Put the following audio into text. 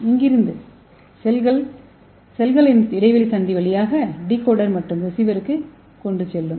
இங்கிருந்து செல்களின் இடைவெளி சந்தி வழியாக தகவல் டிகோடர் மற்றும் ரிசீவருக்கு செல்லும்